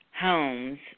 homes